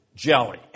jelly